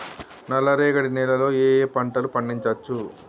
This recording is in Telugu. నల్లరేగడి నేల లో ఏ ఏ పంట లు పండించచ్చు?